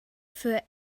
für